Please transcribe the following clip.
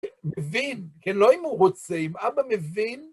מבין, כן לא אם הוא רוצה, אם אבא מבין.